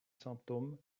symptômes